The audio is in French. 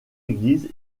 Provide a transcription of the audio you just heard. église